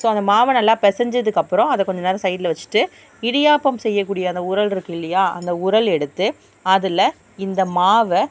so அந்த மாவை நல்லா பிசஞ்சத்துக்கு அப்புறம் அதை கொஞ்ச நேரம் சைடில் வச்சுட்டு இடியாப்பம் செய்யக்கூடிய அந்த உரல் இருக்குது இல்லையா அந்த உரல் எடுத்து அதில் இந்த மாவை